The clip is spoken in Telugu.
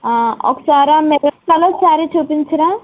ఒకసారి ఆ మెరూన్ కలర్ శారీ చూపించరా